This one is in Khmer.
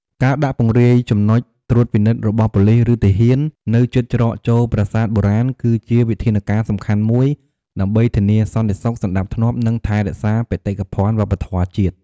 ការដាក់ពង្រាយ ចំណុចត្រួតពិនិត្យរបស់ប៉ូលិស ឬទាហាន នៅជិតច្រកចូលប្រាសាទបុរាណ គឺជាវិធានការសំខាន់មួយដើម្បីធានាសន្តិសុខ សណ្តាប់ធ្នាប់ និងថែរក្សាបេតិកភណ្ឌវប្បធម៌ជាតិ។